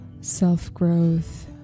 self-growth